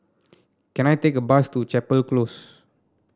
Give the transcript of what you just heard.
can I take a bus to Chapel Close